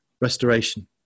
Restoration